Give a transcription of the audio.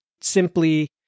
simply